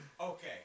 Okay